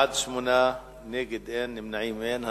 בעד, 8, נגד, אין, נמנעים, אין.